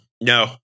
No